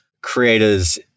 creators